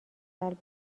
اول